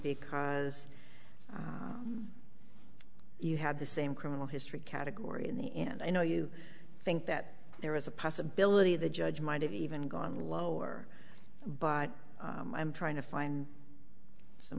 because you had the same criminal history category in the end i know you think that there is a possibility the judge might have even gone lower but i'm trying to find some